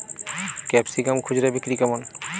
Capsicum খুচরা বিক্রি কেমন?